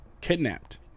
kidnapped